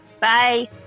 Bye